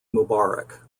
mubarak